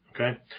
Okay